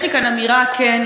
יש לי כאן אמירה לשר,